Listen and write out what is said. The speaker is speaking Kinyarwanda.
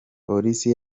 polisi